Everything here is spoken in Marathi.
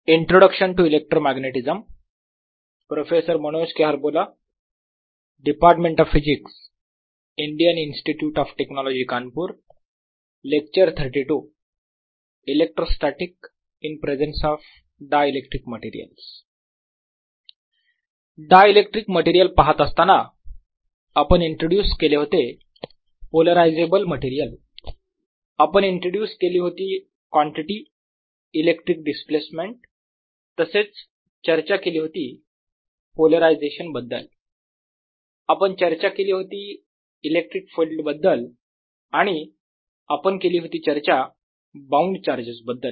electrostatic in presence of dielectric materials I dielectric material पाहत असताना आपण इंट्रोड्युस केले होते पोलरायझेबल मटेरियल आपण इंट्रोड्युस केले होती कॉन्टिटी - इलेक्ट्रिक डिस्प्लेसमेंट तसेच चर्चा केली होती पोलरायझेशन बद्दल आपण चर्चा केली होती इलेक्ट्रिक फील्ड बद्दल आणि आपण केली होती चर्चा बाऊंड चार्जेस बद्दल